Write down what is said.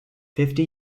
fifty